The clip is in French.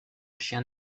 chien